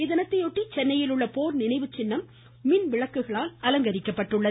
இத்தினத்தையொட்டி சென்னையில் உள்ள போர் நினைவு சின்னம் மின் விளக்குகளால் அலங்கரிக்கப்பட்டுள்ளது